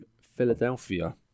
Philadelphia